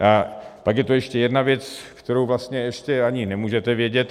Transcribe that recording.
Pak je tu ještě jedna věc, kterou vlastně ještě ani nemůžete vědět.